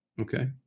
Okay